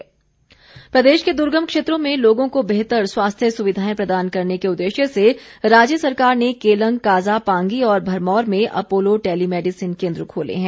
telemedicine प्रदेश के दुर्गम क्षेत्रों में लोगों को बेहतर स्वास्थ्य सुविधाएं प्रदान करने के उद्देश्य से राज्य सरकार ने केलंग काजा पांगी और भरमौर में अपोलो टेलीमैडिसन केन्द्र खोले हैं